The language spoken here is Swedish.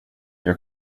jag